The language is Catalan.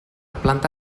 planta